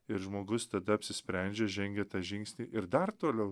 ir žmogus tada apsisprendžia žengia tą žingsnį ir dar toliau